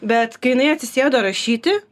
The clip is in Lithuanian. bet kai jinai atsisėdo rašyti